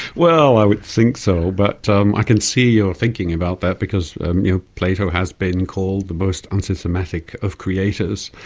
well, i would think so, but um i can see your thinking about that, because you know plato has been called the most unsystematic of creators,